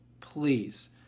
please